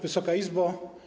Wysoka Izbo!